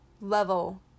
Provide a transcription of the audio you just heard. level